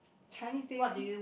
Chinese name